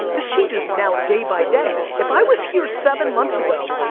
this changes now day by day. if i was here seven months ago,